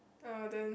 ah then